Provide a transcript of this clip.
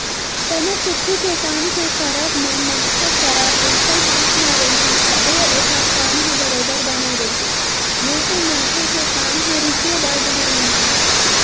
कोनो कुछु के काम के करब म मनखे करा पइसा हाथ म रइही तभे ओखर काम ह बरोबर बने रइही नइते मनखे के काम ह रुके बर धर लिही